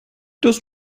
das